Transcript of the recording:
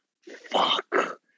Fuck